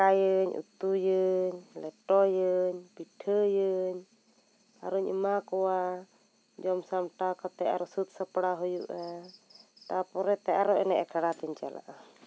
ᱫᱟᱠᱟᱭᱟᱹᱧ ᱩᱛᱩᱭᱟᱹᱧ ᱞᱮᱴᱚᱭᱟᱹᱧ ᱯᱤᱴᱷᱟᱹᱭᱟᱹᱧ ᱟᱨ ᱦᱚᱸ ᱮᱢᱟ ᱠᱚᱣᱟ ᱡᱚᱢ ᱥᱟᱢᱴᱟᱣ ᱠᱟᱛᱮ ᱟᱨ ᱥᱟᱹᱛ ᱥᱟᱯᱲᱟᱣ ᱦᱩᱭᱩᱜᱼᱟ ᱛᱟᱨᱯᱚᱨᱮ ᱛᱮ ᱟᱨᱦᱚᱸ ᱮᱱᱮᱡ ᱟᱠᱷᱲᱟ ᱛᱮᱧ ᱪᱟᱞᱟᱜᱼᱟ